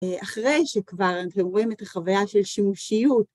אחרי שכבר אתם רואים את החוויה של שימושיות.